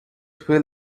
feel